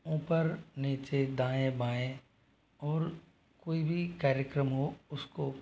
ऊँपर नीचे दाएँ बाएँ और कोई भी कार्यक्रम हो उसको